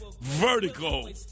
Vertical